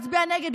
תצביע נגד,